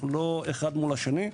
לא אחד מול השני.